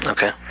Okay